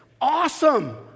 Awesome